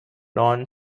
non